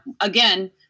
again